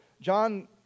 John